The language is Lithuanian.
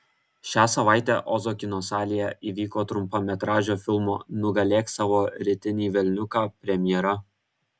šią savaitę ozo kino salėje įvyko trumpametražio filmo nugalėk savo rytinį velniuką premjera